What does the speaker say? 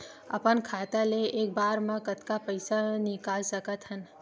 अपन खाता ले एक बार मा कतका पईसा निकाल सकत हन?